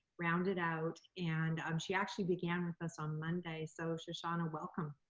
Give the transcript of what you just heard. round it out. and um she actually began with us on monday. so shoshana welcome,